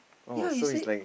ya he said